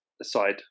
aside